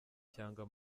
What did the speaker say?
cyangwa